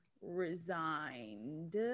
resigned